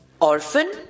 Orphan